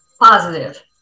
positive